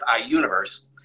iUniverse